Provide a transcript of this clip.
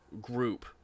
group